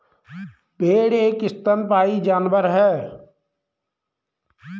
भेड़ एक स्तनपायी जानवर है